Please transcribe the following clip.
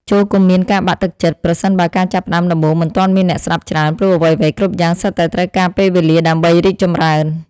ចូរកុំមានការបាក់ទឹកចិត្តប្រសិនបើការចាប់ផ្តើមដំបូងមិនទាន់មានអ្នកស្តាប់ច្រើនព្រោះអ្វីៗគ្រប់យ៉ាងសុទ្ធតែត្រូវការពេលវេលាដើម្បីរីកចម្រើន។